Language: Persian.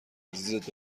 عزیزت